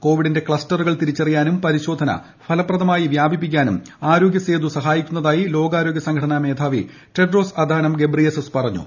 കോവിഡിന്റെ ക്ലസ്റ്ററുകൾ തിരിച്ചറിയാനും പരിശോധന ഫലപ്രദമായി വ്യാപിപ്പിക്കാനും ആരോഗ്യസേതു സഹായിക്കുന്നതായി ലോകാരോഗൃ സംഘടനാ മേധാവി ടെഡ്രോസ് അഥാനം ഗബ്രിയേസസ് പറഞ്ഞു